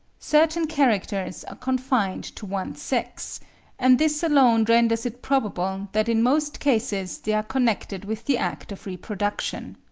certain characters are confined to one sex and this alone renders it probable that in most cases they are connected with the act of reproduction.